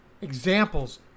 examples